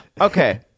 Okay